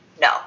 No